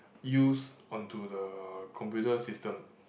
use onto the computer system